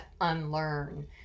unlearn